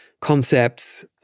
concepts